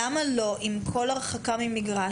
למה אין חובת התייצבות עם כל הרחקה ממגרש?